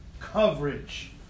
coverage